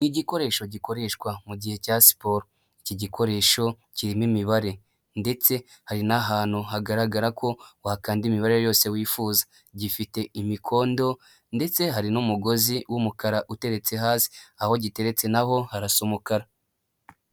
Igikoresho gikoreshwa mu gihe cya siporo, iki gikoresho kirimo imibare, ndetse hari n'ahantu hagaragara ko wakanda imibare yose wifuza, gifite imikondo, ndetse hari n'umugozi w'umukara uteretse hasi, aho giteretse naho harasa umukara.